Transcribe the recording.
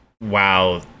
Wow